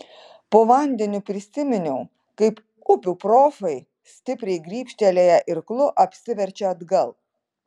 po vandeniu prisiminiau kaip upių profai stipriai grybštelėję irklu apsiverčia atgal